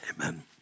Amen